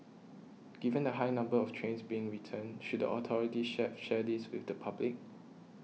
given the high number of trains being returned should the authorities shared shared this with the public